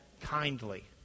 kindly